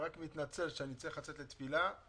על מנת לפתור את הנושא של הדיור,